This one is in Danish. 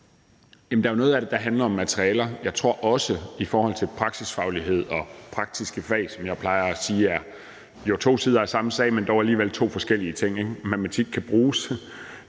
der er jo noget af det, der handler om materialer. Der er også noget, der handler om praksisfaglighed og praktiske fag, som jeg plejer at sige er to sider af samme sag, men dog alligevel to forskellige ting. Matematik kan bruges